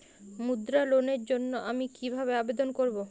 মুদ্রা লোনের জন্য আমি কিভাবে আবেদন করবো?